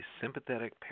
sympathetic